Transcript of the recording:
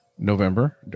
November